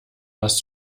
das